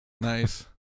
Nice